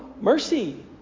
mercy